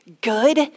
good